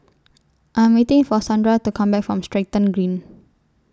I Am waiting For Sandra to Come Back from Stratton Green